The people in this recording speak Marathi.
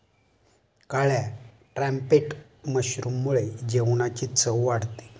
काळ्या ट्रम्पेट मशरूममुळे जेवणाची चव वाढते